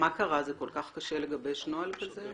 מה קרה, זה כל כך קשה לגבש נוהל כזה?